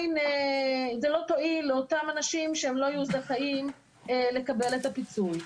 זה לא יועיל לאותם אנשים שהם לא יהיו זכאים לקבל את הפיצוי.